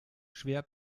schwer